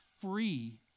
free